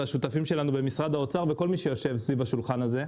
והשותפים שלנו במשרד האוצר וכל מי שיושב סביב השולחן הזה.